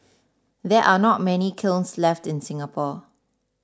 there are not many kilns left in Singapore